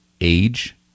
age